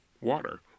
water